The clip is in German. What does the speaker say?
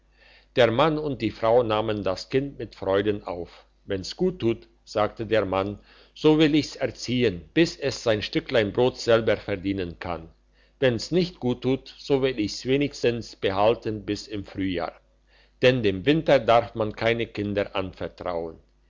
der mann und die frau nahmen das kind mit freuden auf wenn's guttut sagte der mann so will ich's erziehen bis es sein stücklein brot selber verdienen kann wenn's nicht guttut so will ich's wenigstens behalten bis im frühjahr denn dem winter darf man keine kinder anvertrauen